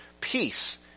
Peace